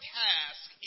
task